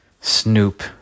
snoop